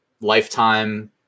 lifetime